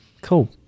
Cool